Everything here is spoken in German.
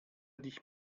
dich